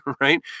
Right